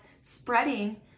spreading